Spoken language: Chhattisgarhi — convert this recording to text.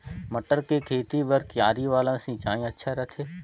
मटर के खेती बर क्यारी वाला सिंचाई अच्छा रथे?